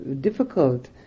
difficult